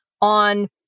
on